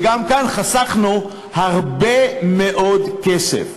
וגם כאן חסכנו הרבה מאוד כסף.